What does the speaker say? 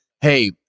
hey